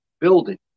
building